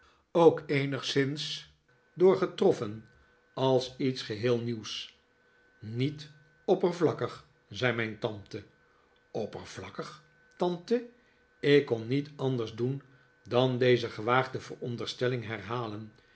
ook eenigszins door getroffen als iets geheel nieuws niet oppervlakkig zei mijn tante oppervlakkig tante ik kon niet anders doen dan deze gewaagde veronderstelling herhalen